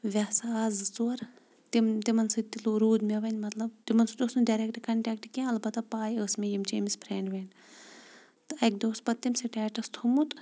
وٮ۪سہٕ آسہٕ زٕ ژور تِم تِمن سۭتۍ تہِ لو روٗد مےٚ وۄنۍ مطلب تمن سۭتۍ اوس نہٕ ڈیریکٹہٕ کنٹیکٹ کینہہ البتہ پاے ٲسۍ مےٚ یمِ چھِ أمس فرینڈ وِینڈ تہٕ اکہِ دۄہ اوس پتہٕ تٔمۍ سٹیٹس تھومُت